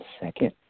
second